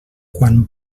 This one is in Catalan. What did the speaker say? quan